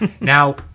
Now